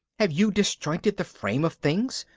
have you disjointed the frame of things.